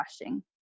washing